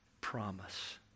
promise